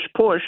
push